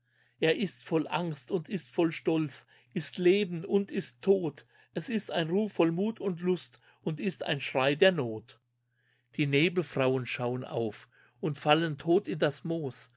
er ist voll angst und ist voll stolz ist leben und ist tod es ist ein ruf voll mut und lust und ist ein schrei der not die nebelfrauen schauern auf und fallen tot in das moos